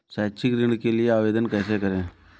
शैक्षिक ऋण के लिए आवेदन कैसे करें?